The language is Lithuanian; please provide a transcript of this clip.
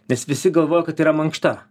nes visi galvoja kad tai yra mankšta